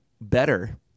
better